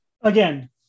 Again